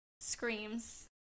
screams